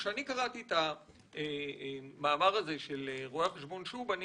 כשאני קראתי את המאמר הזה של רואה חשבון שוב אני